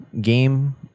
game